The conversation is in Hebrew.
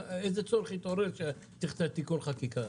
לאיזה צורך שהיה צריך תיקון חקיקה?